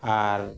ᱟᱨ